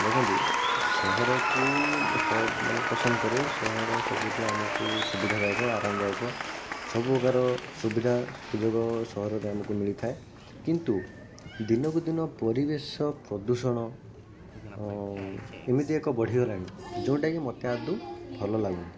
ଦେଖନ୍ତୁ ସହରକୁ ମାନେ ପସନ୍ଦ କରେ ସହର ସବୁଠୁ ଆମକୁ ସୁବିଧାଦାୟକ ଆରାମଦାୟକ ସବୁପ୍ରକାର ସୁବିଧା ସୁଯୋଗ ସହରରେ ଆମକୁ ମିଳିଥାଏ କିନ୍ତୁ ଦିନକୁ ଦିନ ପରିବେଶ ପ୍ରଦୂଷଣ ଇମିତି ଏକ ବଢ଼ିଗଲାଣି ଯୋଉଟାକି ମୋତେ ଆଦୌ ଭଲଲାଗୁନି